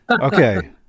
Okay